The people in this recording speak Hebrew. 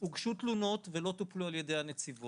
הוגשו תלונות ולא טופלו על-ידי הנציבות.